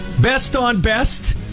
best-on-best